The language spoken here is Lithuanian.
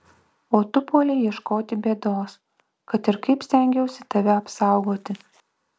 o tu puolei ieškoti bėdos kad ir kaip stengiausi tave apsaugoti